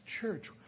church